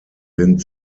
sind